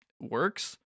works